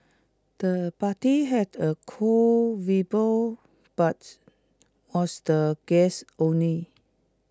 the party had A cool but was the guests only